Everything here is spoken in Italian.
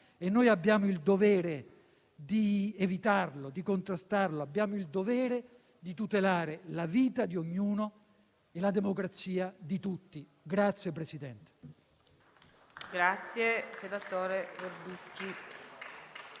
Noi abbiamo il dovere di evitarlo e contrastarlo; abbiamo il dovere di tutelare la vita di ognuno e la democrazia di tutti.